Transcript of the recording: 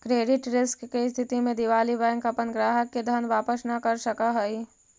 credit risk के स्थिति में दिवालि बैंक अपना ग्राहक के धन वापस न कर सकऽ हई